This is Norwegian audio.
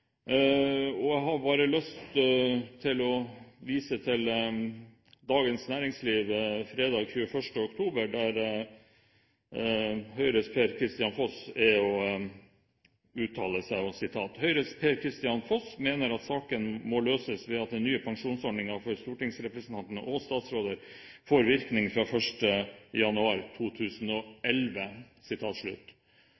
media. Jeg har bare lyst til å vise til Dagens Næringsliv fredag 21. oktober, der Høyres Per-Kristian Foss uttaler seg. Avisen skriver: «Høyres Per-Kristian Foss mener saken nå må løses ved at den nye pensjonsordningen for stortingsrepresentanter og statsråder får virkningsdato fra 1. januar